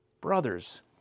brothers